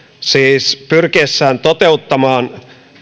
siis pyrkiessään toteuttamaan